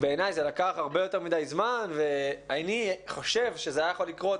בעיניי זה לקח הרבה יותר מדי זמן ואני חושב שזה היה יכול לקרות